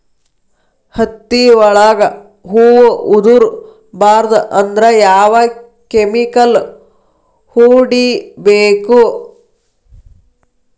ಹತ್ತಿ ಒಳಗ ಹೂವು ಉದುರ್ ಬಾರದು ಅಂದ್ರ ಯಾವ ಕೆಮಿಕಲ್ ಹೊಡಿಬೇಕು?